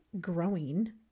growing